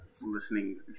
listening